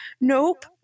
nope